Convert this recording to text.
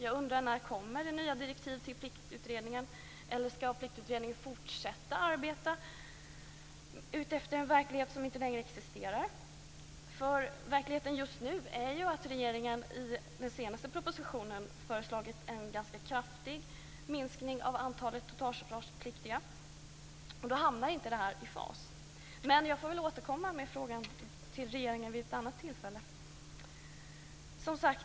Jag undrar när det kommer nya direktiv till Pliktutredningen. Eller skall Pliktutredningen fortsätta att arbeta utifrån en verklighet som inte längre existerar? Verkligheten just nu är ju att regeringen i den senaste propositionen har föreslagit en ganska kraftig minskning av antalet totalförsvarspliktiga. Då hamnar detta inte i fas. Men jag får väl återkomma med frågan till regeringen vid ett annat tillfälle.